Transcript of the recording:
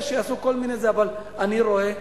יש, יעשו כל מיני, אבל אני רואה,